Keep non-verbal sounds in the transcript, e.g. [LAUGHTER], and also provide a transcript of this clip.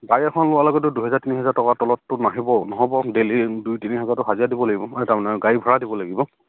গাড়ী এখন লোৱাৰ লগতো দুহেজাৰ তিনিহেজাৰ টকাৰ তলততো নাহিব নহ'ব ডেইলি দুই তিনি হাজাৰটো হাজিৰা দিব লাগিব [UNINTELLIGIBLE]